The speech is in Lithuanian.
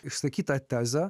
išsakytą tezę